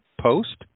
post